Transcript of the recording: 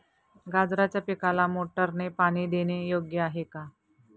गाजराच्या पिकाला मोटारने पाणी देणे योग्य आहे का?